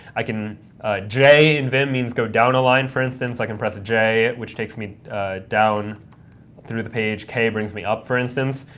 i can j in vim means go down a line, for instance. i can press j, which takes me down through the page. k brings me up, for instance.